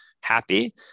happy